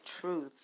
truth